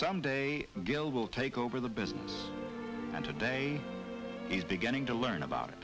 someday gil will take over the business and today he's beginning to learn about it